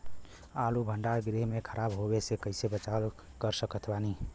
आलू भंडार गृह में खराब होवे से कइसे बचाव कर सकत बानी?